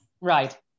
Right